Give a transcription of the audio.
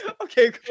Okay